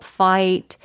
fight